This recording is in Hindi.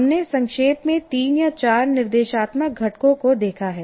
हमने संक्षेप में तीन या चार निर्देशात्मक घटकों को देखा है